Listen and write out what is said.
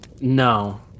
No